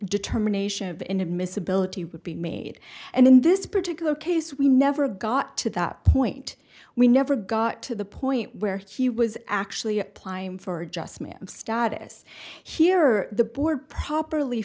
determination of inadmissibility would be made and in this particular case we never got to that point we never got to the point where he was actually applying for just my status here or the board properly